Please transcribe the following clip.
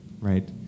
right